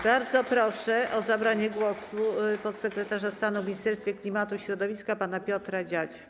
Bardzo proszę o zabranie głosu podsekretarza stanu w Ministerstwie Klimatu i Środowiska pana Piotra Dziadzię.